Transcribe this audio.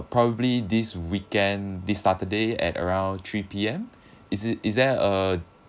probably this weekend this saturday at around three P_M is it is there a